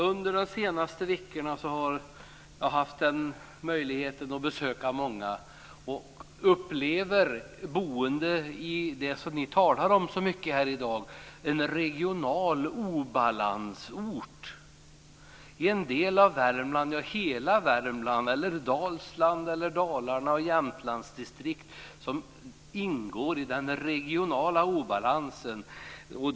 Under de senaste veckorna har jag haft möjlighet att besöka många och uppleva boende i det som ni talar så mycket om i dag, en regional obalanserad ort - en del av Värmland eller hela Värmland, Dalsland eller Dalarna, Jämtlandsdistrikt som ingår i den regionala obalansen.